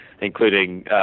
including